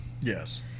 Yes